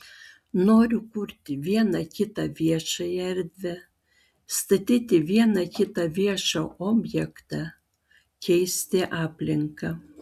noriu kurti vieną kitą viešąją erdvę statyti vieną kitą viešą objektą keisti aplinką